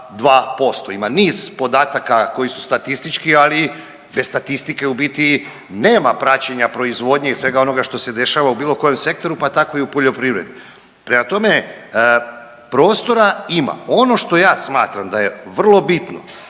2%. Ima niz podataka koji su statistički, ali bez statistike u biti nema praćenja proizvodnje i svega onoga što se dešava u bilo kojem sektoru, pa tako i u poljoprivredi. Prema tome, prostora ima. Ono što ja smatram da je vrlo bitno,